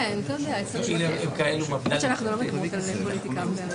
שלא יהיה מצב שתבוא לפה עם הלשון בחוץ על סכומים שתפסתם ועדיין